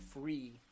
free